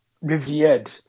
revered